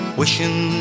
wishing